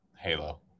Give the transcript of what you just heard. halo